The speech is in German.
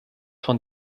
von